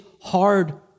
hard